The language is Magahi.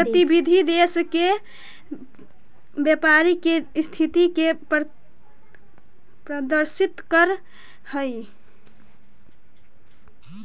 गतिविधि देश के व्यापारी के स्थिति के प्रदर्शित करऽ हइ